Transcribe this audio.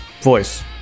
voice